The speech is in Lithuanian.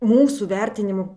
mūsų vertinimu